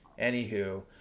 Anywho